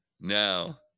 Now